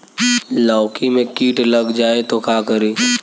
लौकी मे किट लग जाए तो का करी?